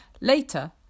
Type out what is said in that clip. Later